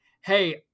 hey